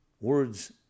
Words